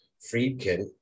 Friedkin